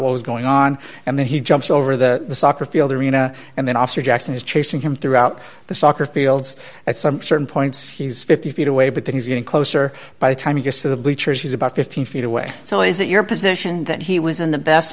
what was going on and then he jumps over the soccer field arena and then officer jackson is chasing him throughout the soccer fields at some certain points he's fifty feet away but then he's getting closer by the time he gets to the bleachers he's about fifteen feet away so is it your position that he was in the best